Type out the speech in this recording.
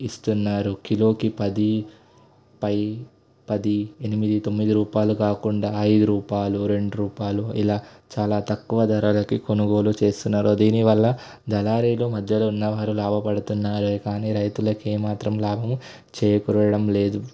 ఇస్తున్నారు కిలోకి పది పై పది ఎనిమిది తొమ్మిది రూపాయలు కాకుండా అయిదు రూపాయలు రెండు రూపాయలు ఇలా చాలా తక్కువ ధరలకి కొనుగోలు చేస్తున్నారు దీనివల్ల దళారీలు మధ్యలో ఉన్నవారు లాభపడుతున్నారే కానీ రైతులకు ఏమాత్రం లాభం చేకూరడంలేదు